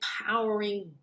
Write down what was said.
empowering